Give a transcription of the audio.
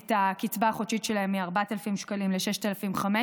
את הקצבה החודשית שלהם מ-4,000 שקלים ל-6,500.